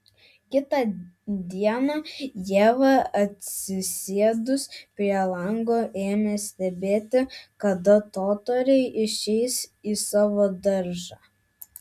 kitą dieną ieva atsisėdus prie lango ėmė stebėti kada totoriai išeis į savo daržą